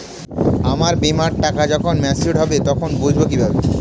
আমার বীমার টাকা যখন মেচিওড হবে তখন বুঝবো কিভাবে?